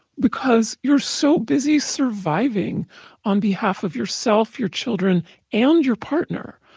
because you're so busy surviving on behalf of yourself, your children and your partner.